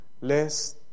less